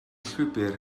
llwybr